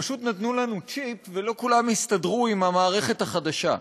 פשוט נתנו לנו צ'יפ ולא כולם הסתדרו עם המערכת החדשה.